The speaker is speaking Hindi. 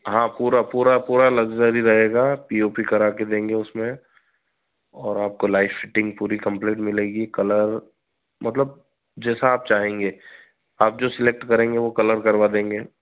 हाँ पूरा पूरा पूरा लग्ज़री रहेगा पी ओ पी कराके देंगे उसमें और आपको लाइफ फिटिंग पूरी कम्प्लीट मिलेगी कलर मतलब जैसा आप चाहेंगे आप जो सेलेक्ट करेंगे वह कलर करवा देंगे